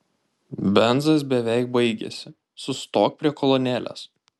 benzas beveik baigėsi sustok prie kolonėlės